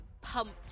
pumped